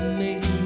made